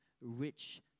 rich